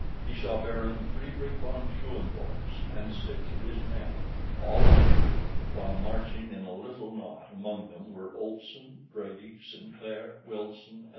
he saw baron friedrich von schoenvorts and six of his men all armed while marching in a little knot among them were olson, brady, sinclair, wilson,